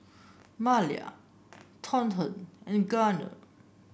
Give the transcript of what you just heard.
Malia Thornton and Gunner